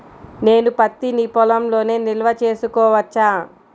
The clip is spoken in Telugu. నేను పత్తి నీ పొలంలోనే నిల్వ చేసుకోవచ్చా?